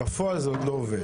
בפועל זה עוד לא עובד,